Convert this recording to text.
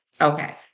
Okay